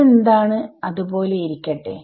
അതെന്താണ് അത് പോലെ ഇരിക്കട്ടെ